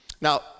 Now